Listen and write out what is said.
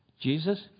Jesus